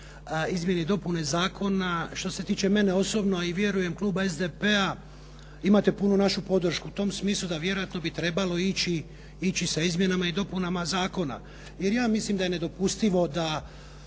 Izmjene i dopune zakona, što se tiče mene osobno i vjerujem kluba SDP-a imate punu našu podršku, u tom smislu da vjerojatno bi trebalo ići sa izmjenama i dopunama zakona. Jer ja mislim da je nedopustivo da